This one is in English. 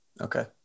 Okay